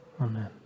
Amen